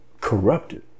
corrupted